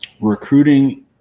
Recruiting